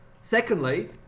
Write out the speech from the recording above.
Secondly